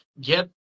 get